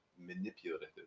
Manipulative